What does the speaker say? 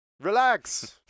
relax